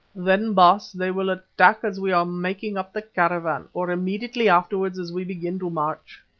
then, baas, they will attack as we are making up the caravan, or immediately afterwards as we begin to march.